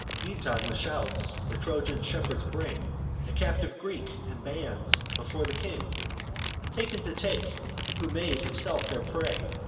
meantime, with shouts, the trojan shepherds bring a captive greek, in bands, before the king taken to take who made himself their prey,